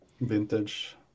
vintage